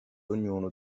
ognuno